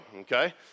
okay